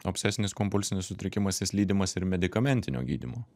obsesinis kompulsinis sutrikimas jis lydimas ir medikamentinio gydymo